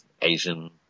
asian